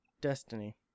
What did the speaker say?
Destiny